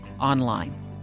online